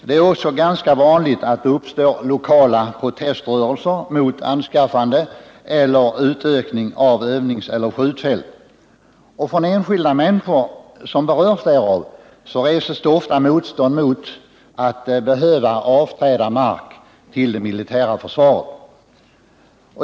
Det är också ganska vanligt att det uppstår lokala proteströrelser mot anskaffande eller utökning av övningseller skjutfält, och från enskilda människor som berörs därav reses ofta motstånd mot att behöva avträda mark till det militära försvaret.